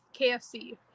KFC